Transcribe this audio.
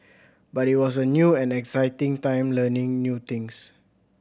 but it was a new and exciting time learning new things